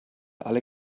alle